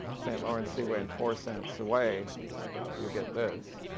st. lawrence seaway, and four cents away you get this.